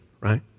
right